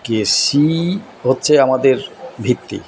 কৃষি হচ্ছে আমাদের ভিত্তি